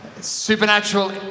supernatural